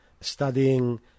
studying